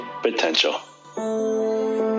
potential